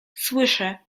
słyszę